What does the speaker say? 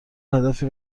هدفی